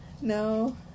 No